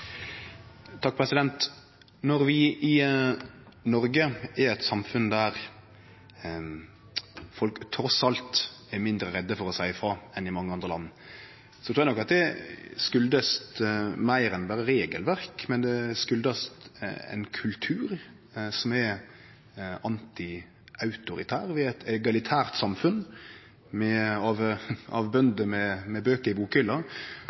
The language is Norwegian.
Når vi i Noreg er eit samfunn der folk trass i alt er mindre redde for å seie frå enn i mange andre land, trur eg nok at det skuldast meir enn berre regelverk. Det skuldast ein kultur som er antiautoritær, og vi er eit egalitært samfunn av bønder med bøker i bokhylla,